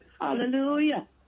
Hallelujah